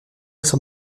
son